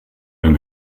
hun